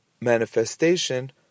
manifestation